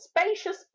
spacious